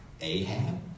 Ahab